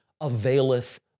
availeth